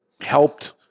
helped